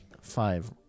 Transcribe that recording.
five